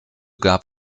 gab